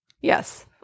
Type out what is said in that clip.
Yes